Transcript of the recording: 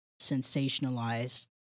sensationalized